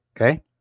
Okay